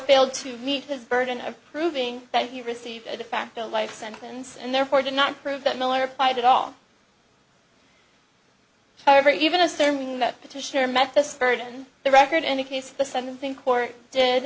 failed to meet his burden of proving that he received a de facto life sentence and therefore did not prove that miller fired at all however even assuming that petitioner met this burden the record in any case the sentencing court did